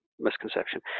misconception